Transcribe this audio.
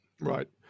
right